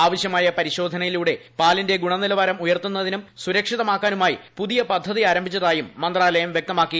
ആവശ്യമായ പരിശോധനയിലൂടെ പാലിന്റെ ഗുണനിലവാരം ഉയർത്തുന്ന്തിനും സുരക്ഷിതമാക്കാനുമായി പുതിയ പദ്ധതി ആരംഭിച്ചതായും മുന്ത്രാലയം വൃക്തമാക്കി